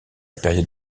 période